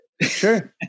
Sure